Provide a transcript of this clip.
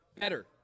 better